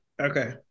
Okay